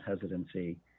hesitancy